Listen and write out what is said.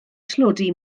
tlodi